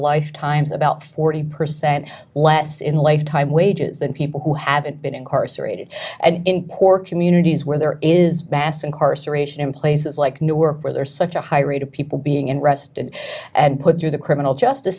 lifetimes about forty percent less in a lifetime wages than people who haven't been incarcerated and in poor communities where there is mass incarceration in places like newark where there's such a high rate of people being arrested and put through the criminal justice